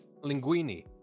Linguini